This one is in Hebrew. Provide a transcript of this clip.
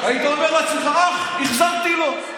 היית אומר לעצמך: אה, החזרתי לו.